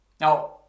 Now